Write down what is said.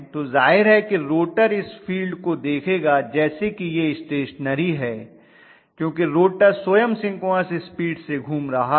तो जाहिर है कि रोटर इस फील्ड को देखेगा जैसे कि यह स्टेशनेरी है क्योंकि रोटर स्वयं सिंक्रोनस स्पीड से घूम रहा है